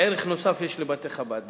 ערך נוסף יש לבתי-חב"ד בעולם,